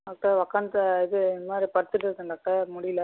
doctor உக்காந்த இது இந்த மாதிரி படுத்துகிட்டு இருக்கன் டாக்டர் முடியல